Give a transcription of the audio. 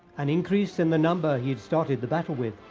an increase in the number he had started the battle with,